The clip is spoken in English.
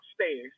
upstairs